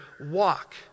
walk